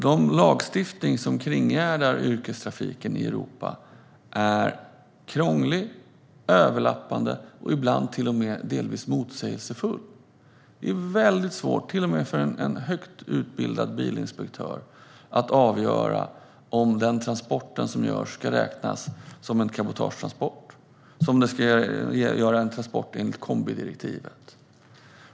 Den lagstiftning som kringgärdar yrkestrafiken i Europa är krånglig, överlappande och ibland till och med delvis motsägelsefull. Det är väldigt svårt, till och med för en högt utbildad bilinspektör, att avgöra om en transport ska räknas som en cabotagetransport eller som en transport enligt kombidirektivet.